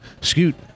scoot